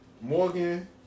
Morgan